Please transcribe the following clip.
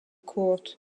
court